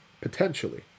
potentially